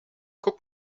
guck